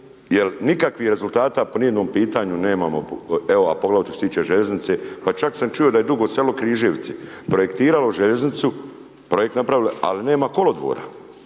jel nikakvih rezultata po nijednom pitanju nemamo, evo a poglavito što se tiče željeznice, pa čak sam čuo da je Dugo Selo-Križevci projektiralo željeznicu, projekt napravilo, ali nema kolodvora,